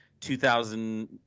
2000